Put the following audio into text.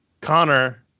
Connor